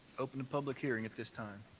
open the public hearing at this time.